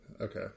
Okay